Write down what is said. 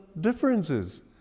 differences